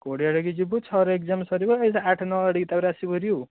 କୋଡ଼ିଏ ଆଡ଼କୁ ଯିବୁ ଛଅରେ ଏଗ୍ଜାମ୍ ସରିବ ଆଠ ନଅ ଆଡ଼କୁ ତା'ପରେ ଆସିବୁ ଭାରି ଆଉ